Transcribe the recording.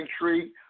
tree